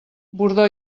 bordó